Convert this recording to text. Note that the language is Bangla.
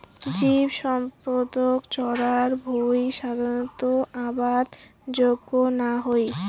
জীবসম্পদ চরার ভুঁই সাধারণত আবাদ যোগ্য না হই